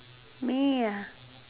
me ah